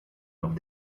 noch